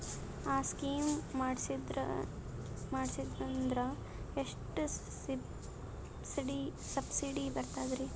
ಆ ಸ್ಕೀಮ ಮಾಡ್ಸೀದ್ನಂದರ ಎಷ್ಟ ಸಬ್ಸಿಡಿ ಬರ್ತಾದ್ರೀ?